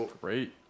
great